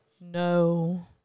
No